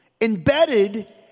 Embedded